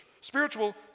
spiritual